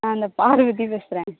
நான் அந்த பார்வதி பேசுகிறேன்